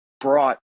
brought